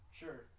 sure